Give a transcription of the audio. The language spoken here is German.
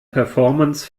performance